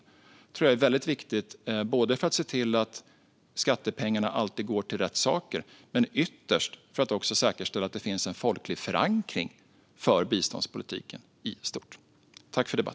Det tror jag är väldigt viktigt både för att se till att skattepengarna alltid går till rätt saker och ytterst för att också säkerställa att det finns en folklig förankring när det gäller biståndspolitiken i stort.